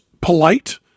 polite